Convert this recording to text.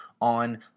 on